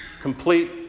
Complete